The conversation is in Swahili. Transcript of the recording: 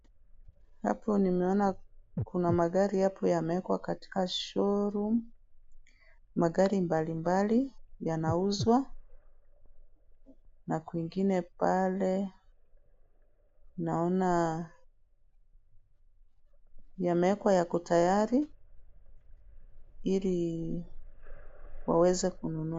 Hapo nimeona kuna magari hapo yameekwa katika showroom . Magari mbali mbali yanauzwa na kwingine pale, naona yameekwa yako tayari ili waweze kununua.